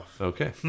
Okay